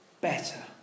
better